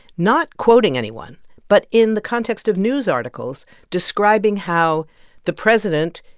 not quoting anyone but in the context of news articles describing how the president,